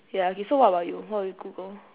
ya okay so what about you what will you google